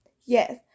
Yes